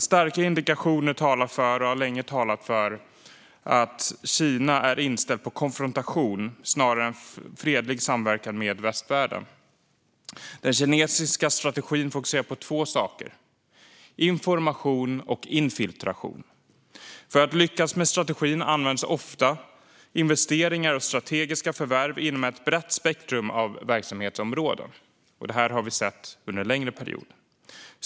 Starka indikationer talar för, och har länge talat för, att Kina är inställt på konfrontation snarare än fredlig samverkan med västvärlden. Den kinesiska strategin fokuserar på två saker: information och infiltration. För att lyckas med strategin används ofta investeringar och strategiska förvärv inom ett brett spektrum av verksamhetsområden. Det har vi sett under en längre period.